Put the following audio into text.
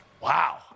Wow